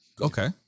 Okay